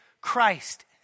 Christ